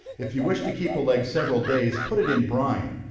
if you wish to keep a leg several days, put it in brine.